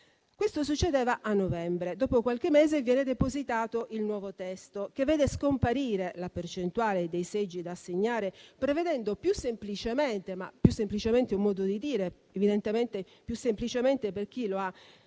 Questo succedeva a novembre. Dopo qualche mese viene depositato il nuovo testo, che vede scomparire la percentuale dei seggi da assegnare, prevedendo più semplicemente - ma "più semplicemente" è un modo di dire, che evidentemente vale per chi lo ha scritto